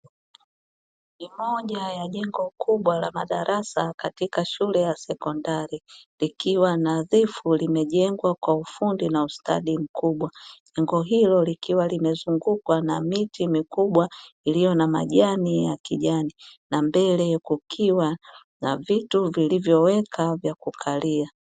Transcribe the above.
Ni moja ya jengo kubwa la madarasa katika shule ya sekondari, ikiwa nadhifu limejengwa kwa ufundi na ustadi mkubwa, jengo hilo likiwa limezungukwa na miti mikubwa iliyo na majani ya kijani na mbele kukiwa na viti vilivyowekwa vya kukalia.